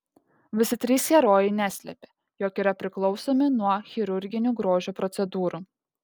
visi trys herojai neslepia jog yra priklausomi nuo chirurginių grožio procedūrų